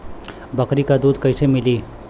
बकरी क दूध कईसे मिली?